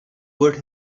put